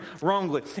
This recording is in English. wrongly